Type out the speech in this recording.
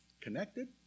connected